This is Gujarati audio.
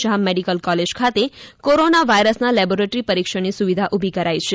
શાહ મેડિકલ કોલેજ ખાતે કોરોના વાઇરસના લેબોરેટરી પરીક્ષણની સુવિધા ઊભી કરાઇ છે